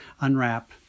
unwrap